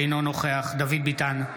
אינו נוכח דוד ביטן,